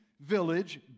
village